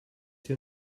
hier